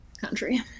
country